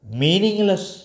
meaningless